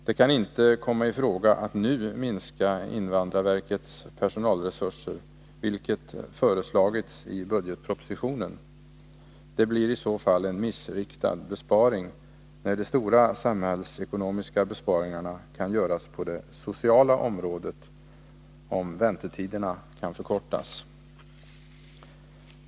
Det kan inte komma i fråga att nu minska invandrarverkets personalresurser, vilket föreslagits i budgetpropositionen. Det blir i så fall en missriktad besparing, eftersom de stora samhällsekonomiska besparingarna kan göras på det sociala området om väntetiderna förkortas.